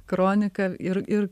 kronika ir ir